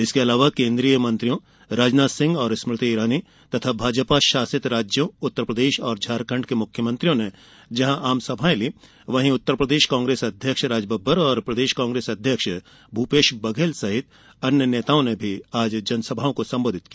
इसके अलावा केन्द्रीय मंत्रियों राजनाथ सिंह और स्मृति इरानी तथा भाजपा शासित राज्यों उत्तरप्रदेश और झारखंड के मुख्यमंत्रियों ने जहां आमसभाएं ली वहीं उत्तरप्रदेश कांग्रेस अध्यक्ष राजबब्बर और प्रदेश कांग्रेस अध्यक्ष भूपेश बघेल सहित अन्य नेताओं ने भी आज जनसभाओं को संबोधित किया